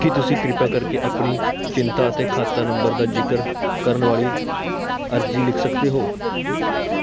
ਕੀ ਤੁਸੀਂ ਕਿਰਪਾ ਕਰਕੇ ਆਪਣੀ ਚਿੰਤਾ ਅਤੇ ਖਾਤਾ ਨੰਬਰ ਦਾ ਜ਼ਿਕਰ ਕਰਨ ਵਾਲੀ ਅਰਜ਼ੀ ਲਿਖ ਸਕਦੇ ਹੋ